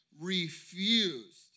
Refused